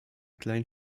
kleinen